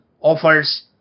offers